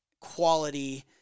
quality